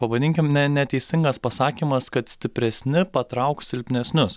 pavadinkim ne neteisingas pasakymas kad stipresni patrauks silpnesnius